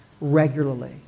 regularly